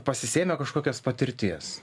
pasisėmę kažkokios patirties